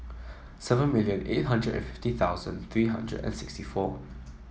seven million eight hundred and fifty thousand three hundred and sixty four